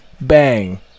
bang